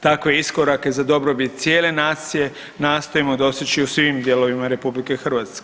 Takve iskorake za dobrobit cijele nacije, nastojimo doseći u svim dijelovima RH.